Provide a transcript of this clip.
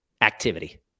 activity